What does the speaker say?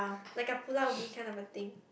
like a Pulau-Ubin kind of a thing